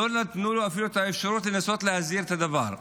לא נתנו לו אפילו את האפשרות להזהיר על הדבר.